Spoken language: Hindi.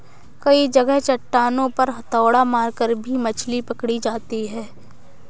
कई जगह चट्टानों पर हथौड़ा मारकर भी मछली पकड़ी जाती है